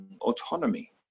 autonomy